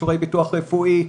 אישורי ביטוח רפואי,